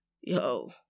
yo